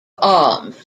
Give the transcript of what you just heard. arms